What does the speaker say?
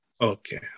Okay